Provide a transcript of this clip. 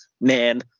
man